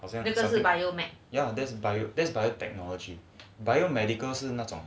好像是 ya that's bio that's bio technology biomedical 是那种